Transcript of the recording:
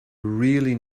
really